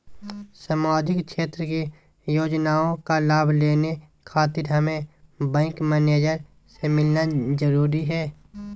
सामाजिक क्षेत्र की योजनाओं का लाभ लेने खातिर हमें बैंक मैनेजर से मिलना जरूरी है?